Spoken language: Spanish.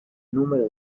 número